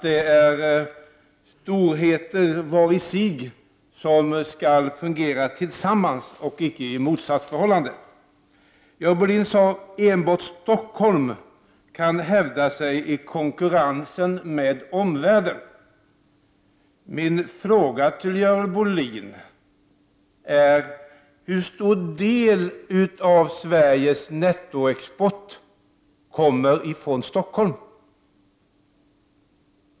Dessa är storheter var i sig som skall fungera tillsammans och icke i motsatsförhållande. Görel Bohlin sade att enbart Stockholm kan hävda sig i konkurrensen med omvärlden. Hur stor del av Sveriges nettoexport kommer från Stockholm, Görel Bohlin?